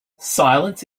silence